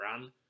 run